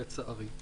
לצערי.